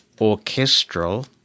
orchestral